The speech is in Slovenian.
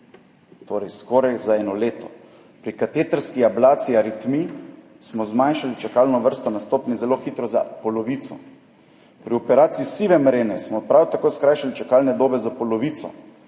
torej skoraj za eno leto. Pri katetrski ablaciji aritmij smo zmanjšali čakalno vrsto na stopnji zelo hitro za polovico, pri operaciji sive mrene smo prav tako skrajšali čakalne dobe za polovico.